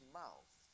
mouth